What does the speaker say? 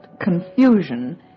confusion